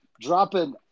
dropping